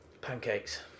pancakes